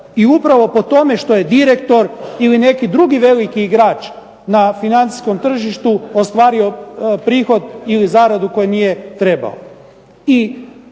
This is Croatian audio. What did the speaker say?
i upravo po tome što je direktor ili neki drugi veliki igrač na financijskom tržištu ostvario prihod ili zaradu koju nije trebao.